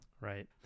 Right